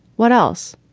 what else?